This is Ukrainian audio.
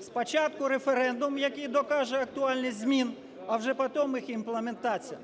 Спочатку референдум, який докаже актуальність змін, а вже потім їх імплементація.